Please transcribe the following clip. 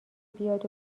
بیاد